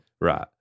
right